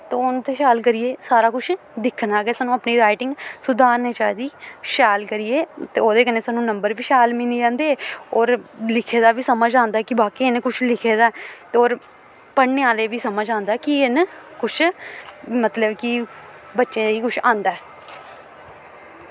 ते हून ते शैल करियै सारा कुछ दिक्खना गै सानूं अपनी राइटिंग सुधारनी चाहिदी शैल करियै ते ओह्दे कन्नै सानूं नंबर बी शैल मिली जंदे होर लिखे दा बी समझ औंदा की वाकई इ'न्नै कुछ लिखे दा ऐ ते होर पढ़ने आह्ले गी बी समझ औंदा कि इन्न कुछ मतलब कि बच्चे गी कुछ औंदा ऐ